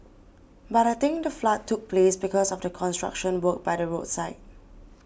but I think the flood took place because of the construction work by the roadside